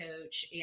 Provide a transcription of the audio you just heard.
coach